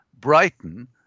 Brighton